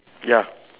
ya